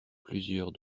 plusieurs